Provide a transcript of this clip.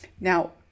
Now